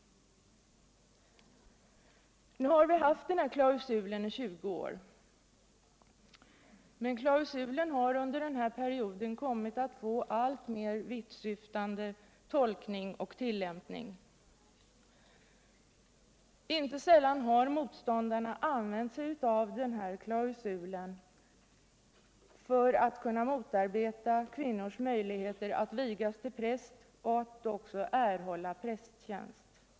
Nu har vi haft den här klausulen under 20 år, men den har under den perioden kommit att få alltmer vittsyftande tolkning och tillämpning. Inte sällan har motståndarna använt sig av den här klausulen för att kunna motarbeta kvinnors möjligheter att vigas till präst och att erhålla prästtjänst.